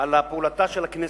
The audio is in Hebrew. על פעולתה של הכנסת.